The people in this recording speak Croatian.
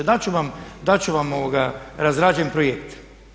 Dat ću vam razrađen projekt.